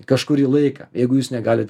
kažkurį laiką jeigu jūs negalit